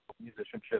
musicianship